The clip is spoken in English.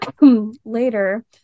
later